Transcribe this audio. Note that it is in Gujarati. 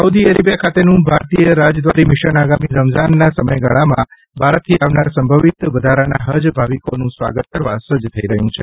સાઉદી અરેબીયા ખાતેનું ભારતીય રાજદ્વારી મીશન આગામી રમઝાનના સમયગાળામાં ભારતથી આવનાર સંભવિત વધારાના હજ ભાવિકોનું સ્વાગત કરવા સજ્જ થઇ રહ્યું છે